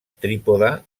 trípode